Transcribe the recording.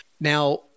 Now